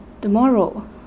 tomorrow